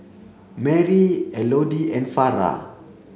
Marry Elodie and Farrah